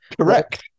Correct